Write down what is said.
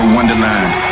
Wonderland